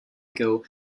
ago